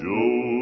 Joe